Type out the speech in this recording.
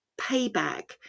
payback